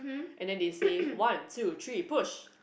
and then they say one two three push